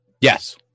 yes